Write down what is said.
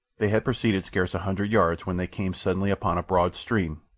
they had proceeded scarce a hundred yards when they came suddenly upon a broad stream,